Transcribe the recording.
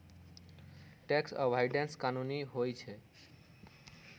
tax avoidance कानूनी होइ छइ